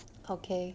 okay